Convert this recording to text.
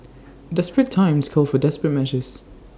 desperate times call for desperate measures